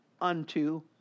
unto